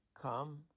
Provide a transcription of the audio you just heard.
Come